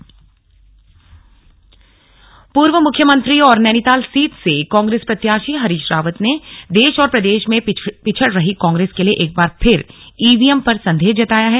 Harish Rawat EVM पूर्व मुख्यमंत्री और नैनीताल सीट से कांग्रेस प्रत्याशी हरीश रावत ने देश और प्रदेश में पिछड़ रही कांग्रेस के लिए एक बार फिर ई वी एम पर संदेह जताया है